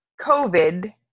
COVID